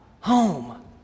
home